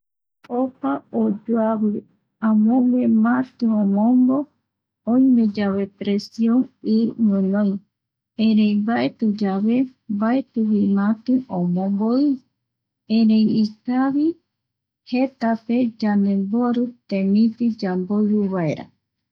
Opa oyoavi amogue mati omombo, oime yave presion i gunoi erei maeti yave mbaetivi mati omombo i erei ikavi jetape yandembori temiti yamboiu vaera.